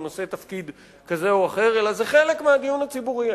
נושא תפקיד כזה או אחר אלא זה חלק מהדיון הציבורי,